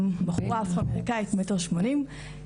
בחורה אפרו-אמריקאית, מטר שמונים.